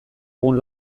egun